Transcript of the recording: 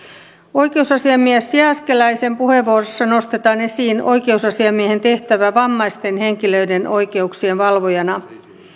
oikeusasiamies jääskeläisen puheenvuorossa nostetaan esiin oikeusasiamiehen tehtävä vammaisten henkilöiden oikeuksien valvojana